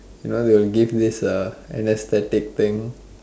you know they will give this anesthetic thing